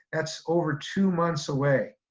that's over two months away,